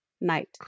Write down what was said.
night